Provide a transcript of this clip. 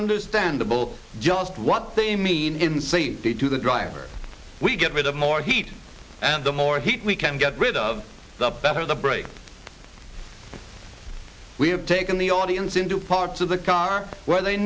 understandable just what they mean in safety to the driver we get rid of more heat and the more heat we can get rid of the better the brakes we have taken the audience into parts of the car where they